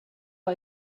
why